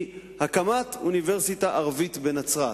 היא: "הקמת אוניברסיטה ערבית בנצרת".